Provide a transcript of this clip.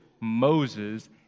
Moses